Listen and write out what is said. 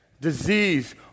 disease